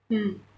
mm